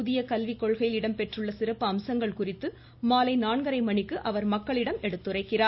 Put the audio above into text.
புதிய கல்விக் கொள்கையில் இடம்பெற்றுள்ள சிறப்பு அம்சங்கள் குறித்து மாலை நான்கரை மணிக்கு அவர் மக்களிடம் எடுத்துரைக்கிறார்